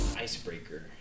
Icebreaker